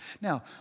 Now